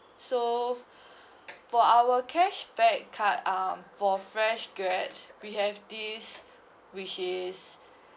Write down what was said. so for our cashback card um for fresh graduate we have this which is